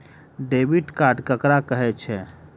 Debit card ककरा कहै छै?